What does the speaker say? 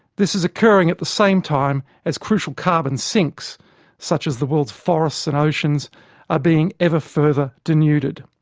this is occurring at the same time as crucial carbon sinks such as the world's forests and oceans are being ever further denuded.